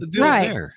Right